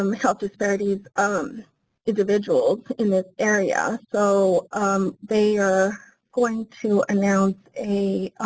um health disparities um individuals in this area. so they are going to announce a